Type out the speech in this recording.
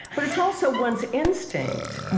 but it's also one's instinct,